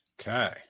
Okay